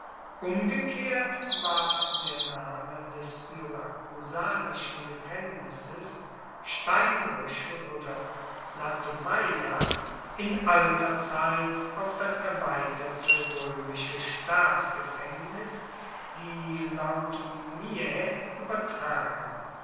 umgekehrt ward der name des syrakusanischen gefaengnisses steinbrueche oder in alter zeit auf das erweiterte roemische staatsgefaengnis die lautumiae uebertragen